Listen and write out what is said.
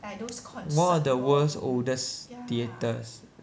one of the world's oldest theatres that one